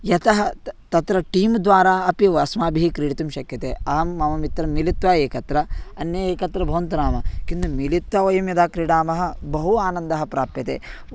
यतः त तत्र टींद्वारा अपि व अस्माभिः क्रीडितुम शक्यतेअहं मम मित्रं मिलित्वा एकत्र अन्यर एकत्र भवन्तु नाम किन्तु मिलित्वा वयं यदा क्रीडामः बहु आनन्दं प्राप्यते